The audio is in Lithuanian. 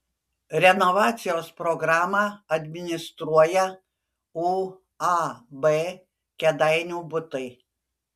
renovacijos programą administruoja uab kėdainių butai